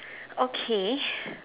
okay